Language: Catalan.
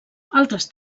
altres